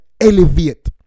elevate